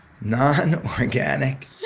Non-organic